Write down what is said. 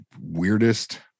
weirdest